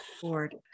board